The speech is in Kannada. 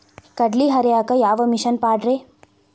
ಕಡ್ಲಿ ಹರಿಯಾಕ ಯಾವ ಮಿಷನ್ ಪಾಡ್ರೇ?